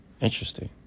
Interesting